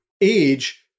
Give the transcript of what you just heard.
age